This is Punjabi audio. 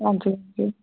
ਹਾਂਜੀ ਹਾਂਜੀ